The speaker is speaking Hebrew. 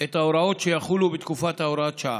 את ההוראות שיחולו בתקופת הוראת השעה: